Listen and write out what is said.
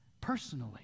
personally